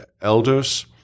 elders